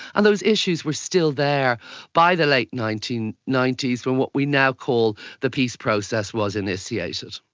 and those issues were still there by the late nineteen ninety s when what we now call the peace process was initiated.